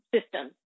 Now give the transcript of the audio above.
System